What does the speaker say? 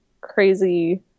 crazy